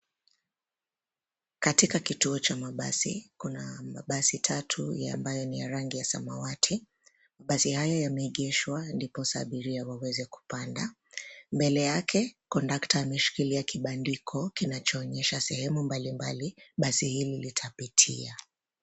Katika kituo cha mabasi, kunamabasi tatu ambayo ni ya rangi ya samawati. Basi haya yameegeshwa ndiposa abiria waweze kupanda. Mbele yake kondakta ameshikilia kibandiko kinachoonyesha sehemu mbalimbali basi hilo litapitia.